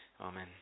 Amen